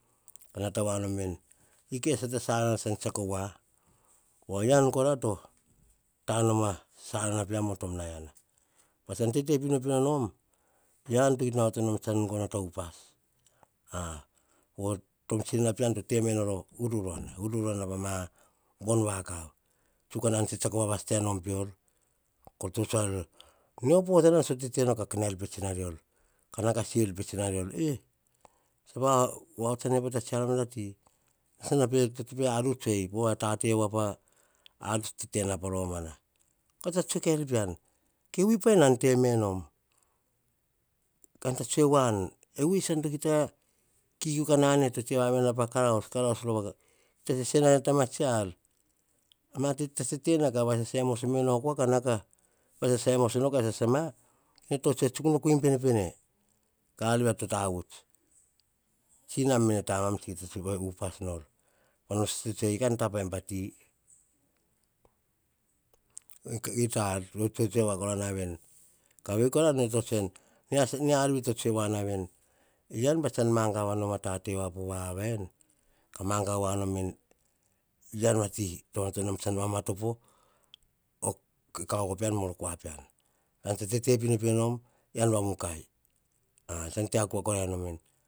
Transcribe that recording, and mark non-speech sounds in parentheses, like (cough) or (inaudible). Ka nata va nom veni. Nikia sata sanana ka tsiako va. Po ean kora to tamon a sasana peam tom na eana bats tsa te pino pino nom, ean kita tsa gono ta upas, tom tsina na pean to te menor oh uru ruana ururuana pa ma bon vakav. Tsuk tsana tse tsiako va sata nom pior. Nio potana tsor nau von pe tsina rior, ka na ka siv e tsina rior, tsan va ots ane pa tsiar van ta ti, ene san to pe aruts ei po wa ta te to te na pa romana. Koria tsa tsue ker pean e wi vai nan te me nom? Kan tsa tsue wa ni wi san kia ta kikiu ka na ne te rova na pa karaus, karaus rova,. kia ta sese nane ta ma tsiar. Tsa tete na ka sa saimoso me oh kua ka na ka sa saimos ka sasama, ka tso tsue tsuk no ka imbene pene. Ka ar via to tavuts, tsinam me ne tamam kia ta tsue. upas nor, eyian pa to ta em pati. Ikai ta ar to tso tsue kora na veni, ka veni kora ka ven kora, na ar vi to tsue na veni yian tsa mangava nom a ta te po va yen, ka mangava nom veni,. yian a ti tsi mama topo, o (hesitation) kaovo pean me ne kua pean. Ean te tete pinopino nom, ean va mukai